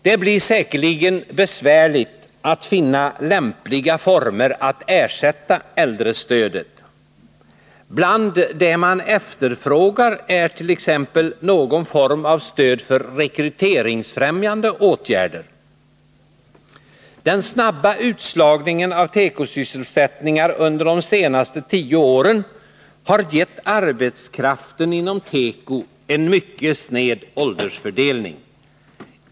Det blir säkerligen besvärligt att finna lämpliga former för att ersätta äldrestödet. Bland det man efterfrågar är någon form av rekryteringsfrämjande åtgärder. Den snabba utslagningen av tekosysselsättningar under de senaste tio åren har gett arbetskraften inom teko en mycket sned åldersfördelning.